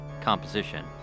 composition